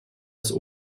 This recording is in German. das